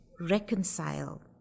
reconcile